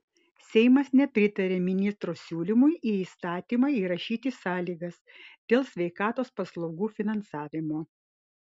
seimas nepritarė ministro siūlymui į įstatymą įrašyti sąlygas dėl sveikatos paslaugų finansavimo